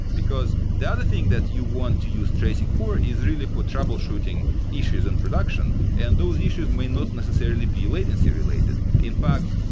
because the other thing that you want to use tracing for is really for troubleshooting issues in production. and those issues may not necessarily be latency related. in fact,